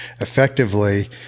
effectively